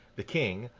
the king,